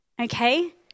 Okay